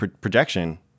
projection